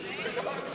זו לא התשובה.